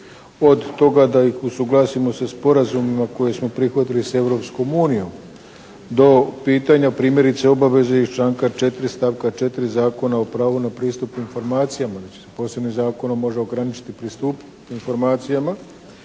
Od toga da ih usuglasimo sa sporazumima koje smo prihvatili sa Europskom unijom do pitanja primjerice obaveze iz članka 4. stavka 4. Zakona o pravu na pristup informacijama, znači s posebnim zakonom može ograničiti pristup informacijama